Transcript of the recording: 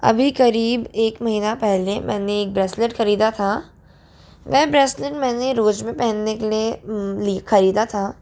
अभी करीब एक महीना पहले मैंने एक ब्रेसलेट खरीदा था वह ब्रेसलेट मैंने रोज में पहनने के लिए ली खरीदा था